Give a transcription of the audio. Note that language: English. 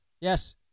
Yes